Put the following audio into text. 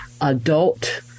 adult